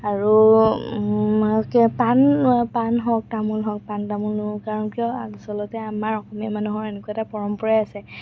আৰু পাণ পাণ হওক তামোল হওক পাণ তামোলো কাৰণ কিয় আচলতে আমাৰ অসমীয়া মানুহৰ এনেকুৱা এটা পৰম্পৰাই আছে